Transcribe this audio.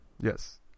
Yes